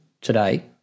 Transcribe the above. today